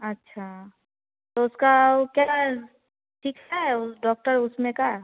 अच्छा तो उसका वह क्या है ठीक है वह डॉक्टर उसमें का